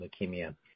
leukemia